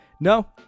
no